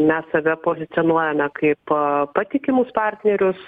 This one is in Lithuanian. mes save pozicionuojame kaip patikimus partnerius